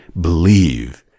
believe